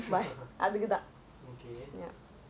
வேற என்ன இருக்கும்:vera enna irukkum worse buy one get one